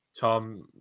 tom